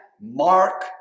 Mark